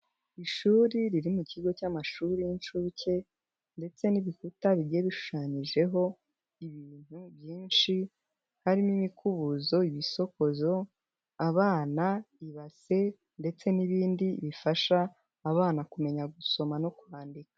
Ishuri riri mu kigo cy'amashuri y'inshuke, ndetse n'ibikuta bigiye bishushanyijeho, ibintu byinshi, harimo imikubuzo ibisokozo, abana, ibase, ndetse n'ibindi bifasha abana kumenya gusoma no kwandika.